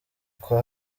kwa